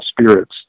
spirits